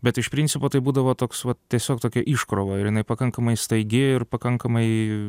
bet iš principo tai būdavo toks vat tiesiog tokia iškrova ir jinai pakankamai staigi ir pakankamai